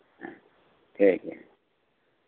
ᱦᱮᱸ ᱴᱷᱤᱠ ᱜᱮᱭᱟ